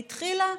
והתחילה,